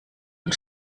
und